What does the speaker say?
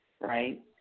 right